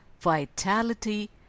vitality